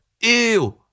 ew